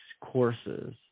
courses